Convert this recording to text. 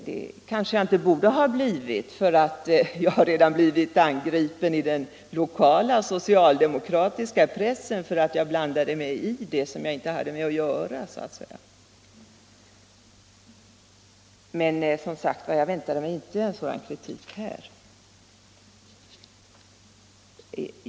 Jag kanske inte borde ha blivit det, för jag har redan blivit angripen i den lokala socialdemokratiska pressen därför att jag blandade mig i det som jag inte hade med att göra. Men jag väntade mig inte en sådan kritik här.